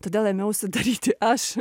todėl ėmiausi daryti aš